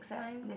mine